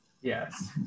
Yes